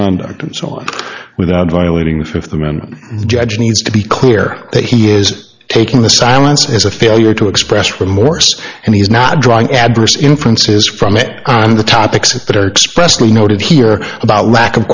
conduct and so on without violating the fifth amendment the judge needs to be clear that he is taking the silence as a failure to express remorse and he is not drawing adverse inferences from it on the topics that are expressed noted here about lack of